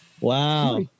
Wow